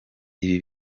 ibi